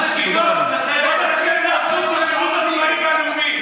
ינון, בוא נתחיל את האחדות בשירות הצבאי והלאומי.